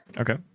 okay